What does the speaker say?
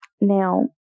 Now